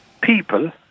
people